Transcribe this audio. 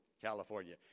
California